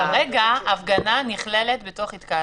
כרגע הפגנה נכללת בתוך התקהלות.